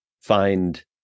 find